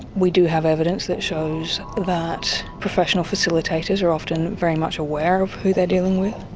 we do have evidence that shows that professional facilitators are often very much aware of who they're dealing with,